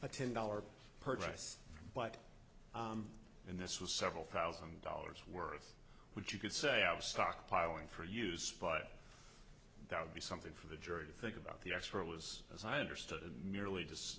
a ten dollars purchase but in this was several thousand dollars worth would you could say i was stockpiling for use but that would be something for the jury to think about the extra was as i understood it merely just